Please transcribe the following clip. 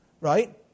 Right